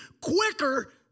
quicker